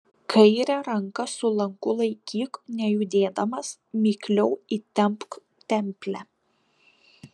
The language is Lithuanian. kairę ranką su lanku laikyk nejudėdamas mikliau įtempk templę